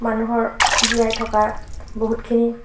মানুহৰ জীয়াই থকা বহুতখিনি